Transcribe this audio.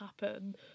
happen